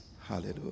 Hallelujah